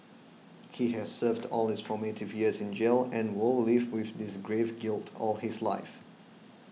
he has served all his formative years in jail and will live with this grave guilt all his life